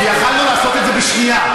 כי יכולנו לעשות את זה בשנייה,